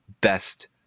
best